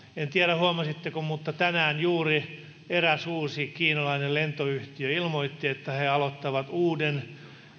en tiedä huomasitteko mutta tänään juuri eräs uusi kiinalainen lentoyhtiö ilmoitti että he he aloittavat uuden